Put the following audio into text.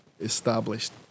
established